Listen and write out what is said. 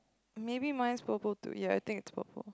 maybe mine's purple too ya it think it's purple